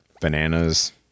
bananas